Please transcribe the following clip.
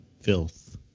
Filth